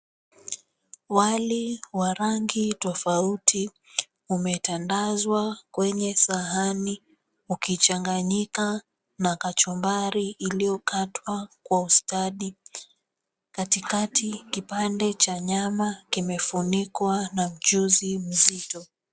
Wali wa rangi tofauti umetandazwa kwenye sahani ukichanganyika na kachumbari iliyokatwa kwa ustadi katikati kipande cha nyama kimefunikwa na mchuzi mzito.